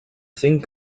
sink